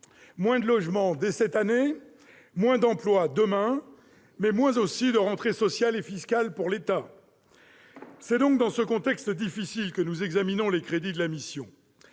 Moins de logements dès cette année, moins d'emplois demain, mais aussi moins de rentrées sociales et fiscales pour l'État. C'est donc dans ce contexte difficile que nous examinons les crédits de la mission.